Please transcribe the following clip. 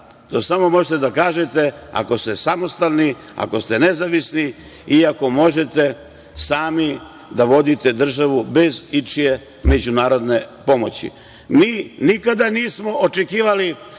to samo možete da kažete ako ste samostalni, ako ste nezavisni i ako možete sami da vodite državu bez ičije međunarodne pomoći. Mi nikada nismo očekivali